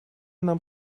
нам